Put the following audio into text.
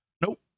Nope